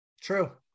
true